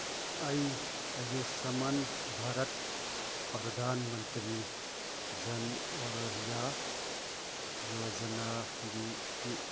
ꯑꯩ ꯑꯌꯨꯁꯃꯥꯟ ꯚꯥꯔꯠ ꯄ꯭ꯔꯗꯥꯟ ꯃꯟꯇ꯭ꯔꯤ ꯖꯥꯟ ꯑꯔꯣꯒ꯭ꯌꯥ ꯌꯣꯖꯅꯥꯒꯤ